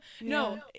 No